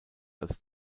als